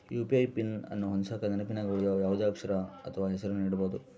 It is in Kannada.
ಯು.ಪಿ.ಐ ಪಿನ್ ಅನ್ನು ಹೊಂದಿಸಕ ನೆನಪಿನಗ ಉಳಿಯೋ ಯಾವುದೇ ಅಕ್ಷರ ಅಥ್ವ ಹೆಸರನ್ನ ನೀಡಬೋದು